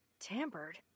Tampered